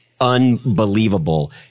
unbelievable